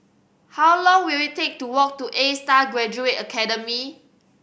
how long will it take to walk to Astar Graduate Academy